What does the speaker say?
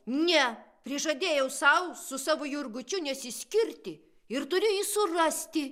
ne prižadėjau sau su savo jurgučiu nesiskirti ir turiu jį surasti